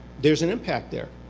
there is an impact there.